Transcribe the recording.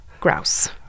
grouse